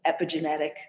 epigenetic